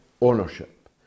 ownership